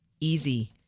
easy